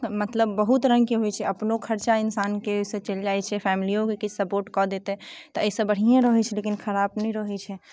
मतलब बहुत रङ्ग के होइ छै अपनो खर्चा इन्सान के से चलि जाइ छै फेमलियोके किछु सपोर्ट कऽ देतै तऽ एहिसँ बढ़िए रहै छै लेकिन खराब नहि रहै छै